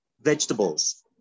vegetables